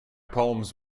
palms